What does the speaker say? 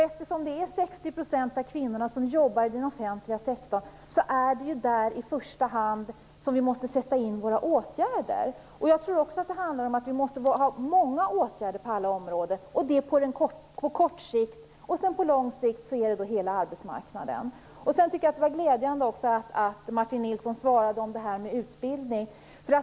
Eftersom 60 % av kvinnorna jobbar i den offentliga sektorn, är det i första hand där som vi måste sätta in våra åtgärder. Jag tror också att det handlar om att vi på kort sikt måste ha många åtgärder på alla områden. På lång sikt måste vi se till hela arbetsmarknaden. Det var glädjande att Martin Nilsson tog upp utbildningsfrågorna.